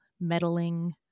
meddling